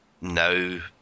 now